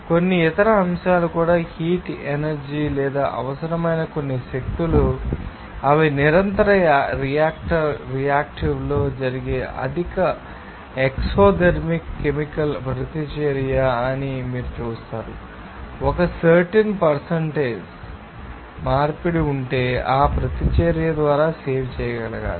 కొన్ని ఇతర అంశాలు కూడా హీట్ ఎనర్జీ లేదా అవసరమైన కొన్ని శక్తులు అవి నిరంతర రియాక్టివ్లో జరిగే అధిక ఎక్సోథెర్మిక్ కెమికల్ ప్రతిచర్య అని మీరు చూస్తారు ఒక సర్టెన్ పర్సెంట్ మార్పిడి ఉంటే ఆ ప్రతిచర్య ద్వారా సేవ్ చేయబడాలి